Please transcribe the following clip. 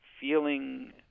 feeling